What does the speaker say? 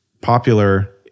popular